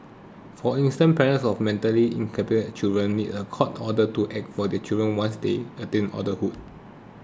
for instance parents of mentally incapacitated children need a court order to act for their children once they attain adulthood